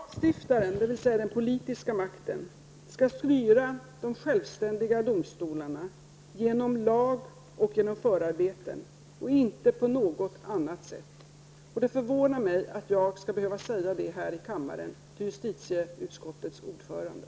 Herr talman! Lagstiftaren, dvs. den politiska makten, skall styra de självständiga domstolarna genom lag och genom förarbeten och inte på något annat sätt. Det förvånar mig att jag skall behöva säga det här i kammaren till justitieutskottets ordförande.